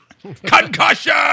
Concussion